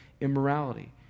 immorality